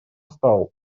стал